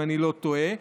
אם אני לא טועה,